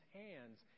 hands